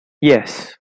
yes